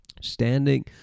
standing